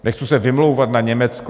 Nechci se vymlouvat na Německo.